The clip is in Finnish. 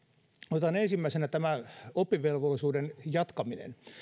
otetaan ensimmäisenä tämä oppivelvollisuuden jatkaminen